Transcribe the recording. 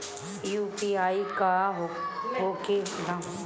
UPI का होके ला?